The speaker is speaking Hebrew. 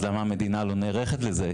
אז למה המדינה לא נערכת לזה?